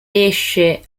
esce